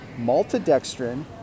maltodextrin